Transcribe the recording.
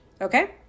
okay